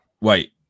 Wait